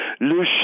Le